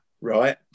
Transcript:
right